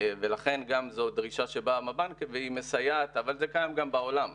גם מבנים בתחנות הכוח עצמן וגם מבנים מנהליים,